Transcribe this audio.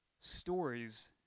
stories